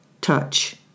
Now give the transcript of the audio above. touch